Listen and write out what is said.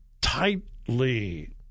Tightly